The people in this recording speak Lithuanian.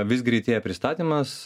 vis greitėja pristatymas